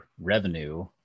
revenue